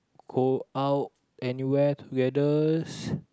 go out anywhere together